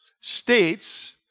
states